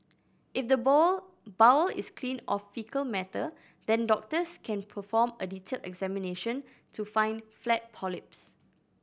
if the bowl bowel is clean of faecal matter then doctors can perform a detailed examination to find flat polyps